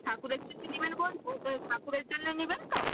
ঠাকুরের জন্যে নেবেন বলছেন তো ঠাকুরের জন্যে নেবেন তো